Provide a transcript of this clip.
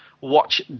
Watch